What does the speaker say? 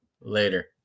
Later